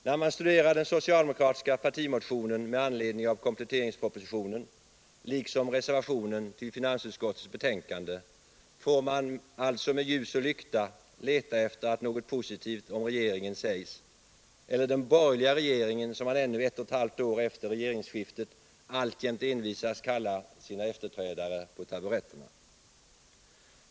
När man studerar den socialdemokratiska partimotionen med anledning av kompletteringspropositionen, liksom reservationen till finansutskottets betänkande, får man alltså med ljus och lykta leta efter något positivt om regeringen, eller den borgerliga regeringen som man ännu ett och ett halvt år efter regimskiftet alltjämt envisas kalla sina efterträdare på taburetterna.